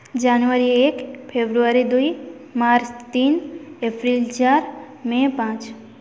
ଜାନୁଆରୀ ଏକ ଫେବୃଆରୀ ଦୁଇ ମାର୍ଚ୍ଚ୍ ତିନି ଏପ୍ରିଲ୍ ଚାରି ମେ' ପାଞ୍ଚ